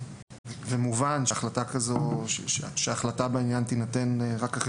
ומובן שהחלטה בעניין תינתן רק אחרי